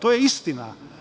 To je istina.